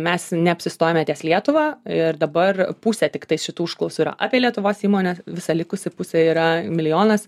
mes neapsistojame ties lietuva ir dabar pusė tiktai šitų užklausų yra apie lietuvos įmones visa likusi pusė yra milijonas